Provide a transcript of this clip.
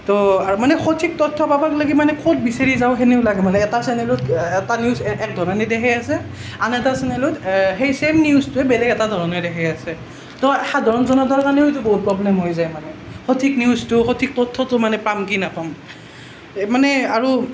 তৌ আৰু মানে সঠিক তথ্য় পাব লাগিব মানে ক'ত বিচাৰি যাওঁ সেনেও লাগে মানে এটা চেনেলত এটা নিউজ একধৰণে দেখাই আছে আন এটা চেনেলত সেই চেইম নিউজটো বেলেগ এটা ধৰণে দেখাই আছে তৌ সাধাৰণ জনতাৰ কাৰণেও এইটো বহুত প্ৰব্লেম হৈ যায় মানে সঠিক নিউজটো সঠিক তথ্য়টো মানে পাম কি নেপাম মানে আৰু